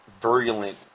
virulent